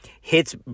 hits